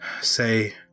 say